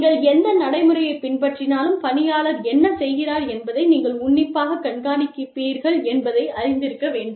நீங்கள் எந்த நடைமுறையைப் பின்பற்றினாலும் பணியாளர் என்ன செய்கிறார் என்பதை நீங்கள் உன்னிப்பாகக் கண்காணிப்பீர்கள் என்பதை அறிந்திருக்க வேண்டும்